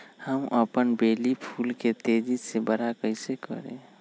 हम अपन बेली फुल के तेज़ी से बरा कईसे करी?